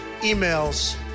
emails